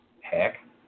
Heck